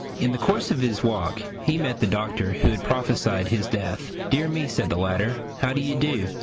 in the course of his walk he met the doctor who had prophesied his death. dear me, said the latter, how do you do?